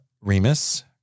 Remus